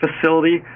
facility